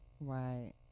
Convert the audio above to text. Right